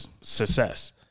success